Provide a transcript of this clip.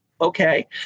Okay